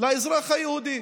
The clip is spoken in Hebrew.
לאזרח היהודי.